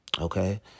okay